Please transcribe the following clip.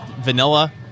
vanilla